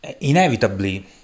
Inevitably